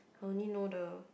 I only know the